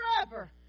forever